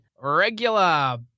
regular